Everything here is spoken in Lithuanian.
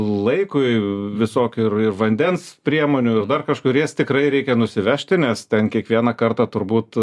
laikui visokių ir ir vandens priemonių ir dar kažkur jas tikrai reikia nusivežti nes ten kiekvieną kartą turbūt